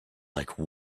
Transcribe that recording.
like